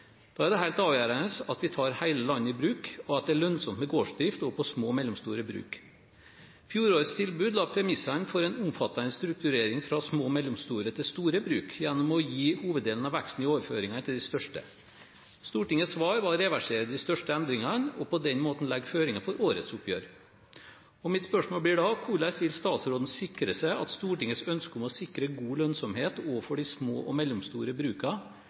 Da er det helt avgjørende at vi tar hele landet i bruk, og at det er lønnsomt med gårdsdrift også på små og mellomstore bruk. Fjorårets tilbud la premissene for en omfattende strukturering fra små og mellomstore til store bruk gjennom å gi hoveddelen av veksten i overføringene til de største. Stortingets svar var å reversere de største endringene og på den måten legge føringer for årets oppgjør. Mitt spørsmål blir da: Hvordan vil statsråden sikre at Stortingets ønske om å sikre god lønnsomhet også for de små og mellomstore